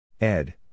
Ed